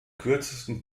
kürzesten